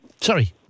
sorry